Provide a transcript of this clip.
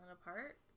apart